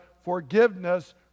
forgiveness